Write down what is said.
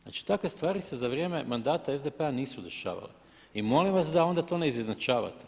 Znači takve stvari se za vrijeme mandata SDP-a nisu dešavale i molim vas da onda to ne izjednačavate.